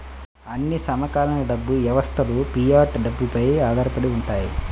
అన్ని సమకాలీన డబ్బు వ్యవస్థలుఫియట్ డబ్బుపై ఆధారపడి ఉంటాయి